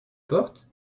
porte